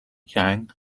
gang